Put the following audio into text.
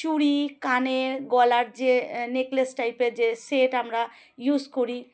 চুরি কানের গলার যে নেকলেস টাইপের যে সেট আমরা ইউস করি